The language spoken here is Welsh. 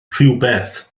rhywbeth